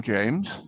James